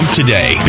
today